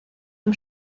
dem